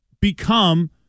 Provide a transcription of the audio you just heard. become